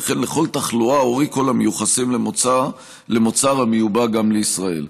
וכן לכל תחלואה או recall המיוחסים למוצר המיובא גם לישראל.